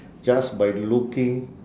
just by looking